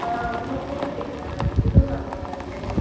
ஆ ma'am நான் பூஜா பேசுகிறேன் இந்து மேமோடய ஃப்ரெண்ட் மேம்